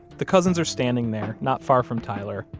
the cousins are standing there, not far from tyler,